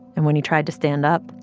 and when he tried to stand up.